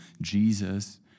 Jesus